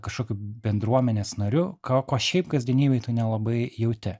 kažkokiu bendruomenės nariu ko ko šiaip kasdienybėj tu nelabai jauti